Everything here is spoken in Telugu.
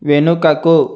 వెనుకకు